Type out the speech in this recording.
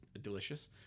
delicious